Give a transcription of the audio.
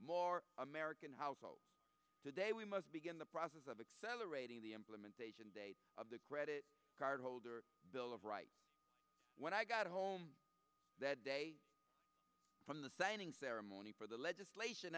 more american households today we must begin the process of accelerating the implementation date of the credit card holder bill of rights when i got home that day from the signing ceremony for the legislation